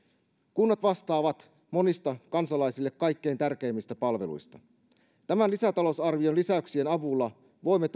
kunnat vastaavat monista kansalaisille kaikkein tärkeimmistä palveluista tämän lisätalousarvion lisäyksien avulla voimme